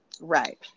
Right